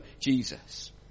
Jesus